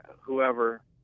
whoever